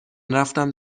رفتم